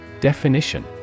Definition